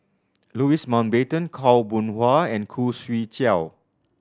Louis Mountbatten Khaw Boon Wan and Khoo Swee Chiow